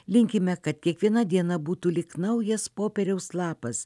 linkime kad kiekviena diena būtų lyg naujas popieriaus lapas